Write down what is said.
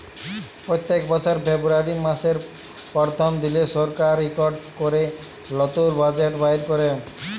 প্যত্তেক বছর ফেরবুয়ারি ম্যাসের পরথম দিলে সরকার ইকট ক্যরে লতুল বাজেট বাইর ক্যরে